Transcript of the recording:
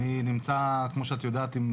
אני נמצא, כמו שאת יודעת, עם